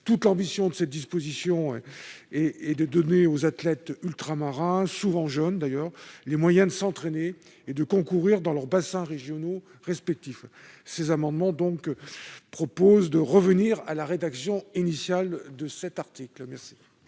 Toute l'ambition de cette disposition est de donner aux athlètes ultramarins, souvent jeunes, les moyens de s'entraîner et de concourir dans leurs bassins régionaux respectifs. Nous proposons donc de revenir à la rédaction initiale de cet article.